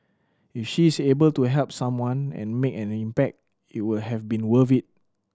if she is able to help someone and make an impact it would have been worth it